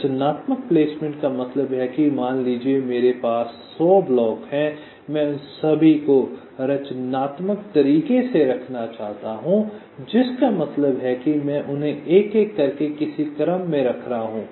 रचनात्मक प्लेसमेंट का मतलब है कि मान लीजिये मेरे पास 100 ब्लॉक हैं मैं उन सभी को रचनात्मक तरीके से रखना चाहता हूं जिसका मतलब है कि मैं उन्हें एक एक करके किसी क्रम में रख रहा हूं